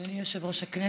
אדוני יושב-ראש הישיבה,